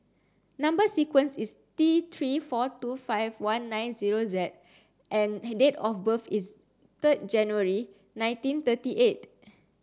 number sequence is T three four two five one nine zero Z and her date of birth is third January nineteen thirty eight